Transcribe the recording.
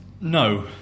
No